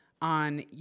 On